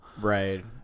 Right